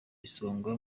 isonga